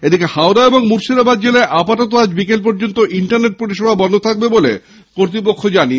এদিকে হাওড়া ও মুর্শিদাবাদ জেলায় আপাতত আজ বিকেল পর্যন্ত ইন্টারনেট পরিষেবা বন্ধ থাকছে বলে কর্ত্বপক্ষ জানিয়েছে